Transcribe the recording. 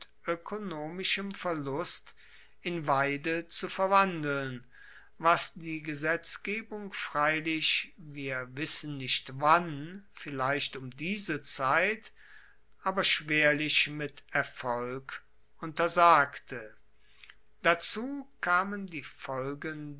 oekonomischem verlust in weide zu verwandeln was die gesetzgebung freilich wir wissen nicht wann vielleicht um diese zeit aber schwerlich mit erfolg untersagte dazu kamen die folgen